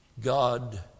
God